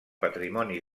patrimoni